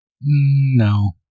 No